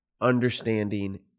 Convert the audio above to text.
understanding